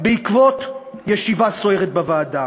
בעקבות ישיבה סוערת בוועדה.